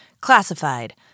Classified